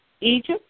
Egypt